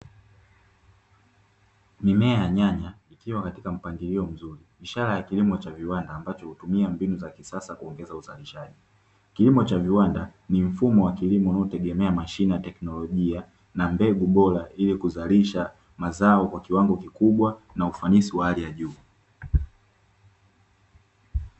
Mimea ya nyanya ikiwa katika mpangilio mzuri, ishara ya kilimo cha viwanda ambacho hutumia mbinu za kisasa kuongeza uzalishaji. Kilimo cha viwanda ni mfumo wa kilimo unaotegemea mashine na teknolojia; na mbegu bora, ili kuzalisha mazao kwa kiwango kikubwa na ufanisi wa hali ya juu.